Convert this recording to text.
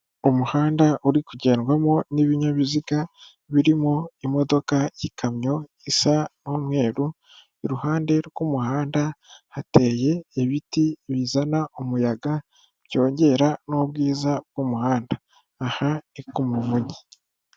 Umuhanda uri kugendwamo n'ibinyabiziga birimo imodoka y'ikamyo isa n'umweru, iruhande rw'umuhanda hateye ibiti bizana umuyaga, byongera n'ubwiza bw'umuhanda. Aha ni ku mujyi.